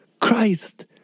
Christ